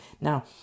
Now